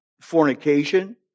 fornication